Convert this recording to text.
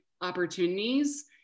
opportunities